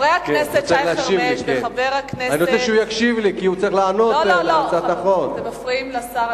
אפרט בקצרה את הצעת החוק שלי.